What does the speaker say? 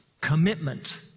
commitment